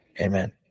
Amen